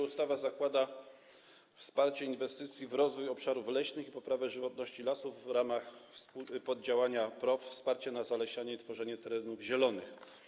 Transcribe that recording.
Ustawa zakłada wsparcie inwestycji w rozwój obszarów leśnych i poprawę żywotności lasów w ramach poddziałania PROW: wsparcie na zalesianie i tworzenie terenów zielonych.